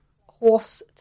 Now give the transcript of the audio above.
horse